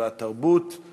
התרבות והספורט.